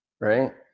right